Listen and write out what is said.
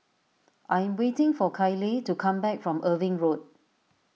I am waiting for Kyleigh to come back from Irving Road